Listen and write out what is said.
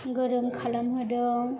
गोरों खालामहोदों